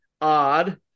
odd